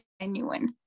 genuine